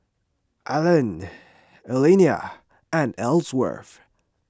Allan Elliana and Ellsworth